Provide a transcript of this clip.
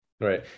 Right